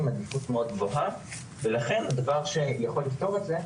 עדיפות מאוד גבוהה ולכן דבר שיכול לפתור את זה,